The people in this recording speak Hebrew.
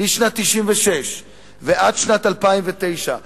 1996 ועד שנת 2009,